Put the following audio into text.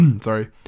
sorry